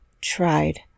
tried